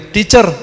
Teacher